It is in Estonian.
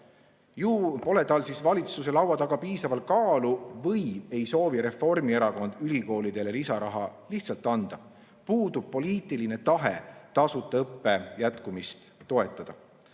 Ju pole tal valitsuse laua taga piisavalt kaalu või ei soovi Reformierakond ülikoolidele lihtsalt lisaraha anda. Puudub poliitiline tahe tasuta õppe jätkumist toetada.